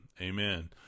amen